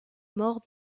morts